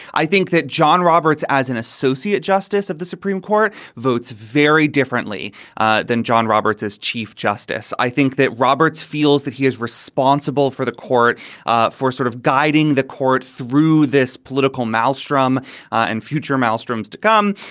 i think that john roberts, as an associate justice of the supreme court, votes very differently ah than john roberts as chief justice. i think that roberts feels that he is responsible for the court ah for sort of guiding the court through this political maelstrom and future. malstrom is to come.